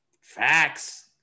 Facts